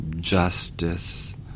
justice